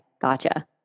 gotcha